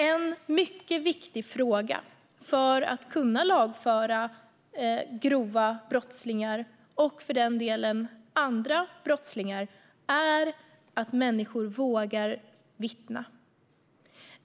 En mycket viktig del för att grova brottslingar och för den delen även andra brottslingar ska kunna lagföras är att människor vågar vittna.